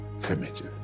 Primitive